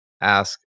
ask